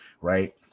right